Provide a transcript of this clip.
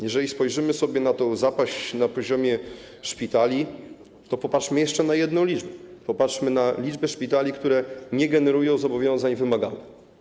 Jeżeli spojrzymy na tę zapaść na poziomie szpitali, to popatrzmy jeszcze na jedną liczbę - popatrzmy na liczbę szpitali, które nie generują zobowiązań wymagalnych.